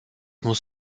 muss